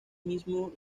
mismo